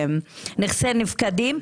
נכסי נפקדים,